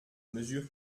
mesure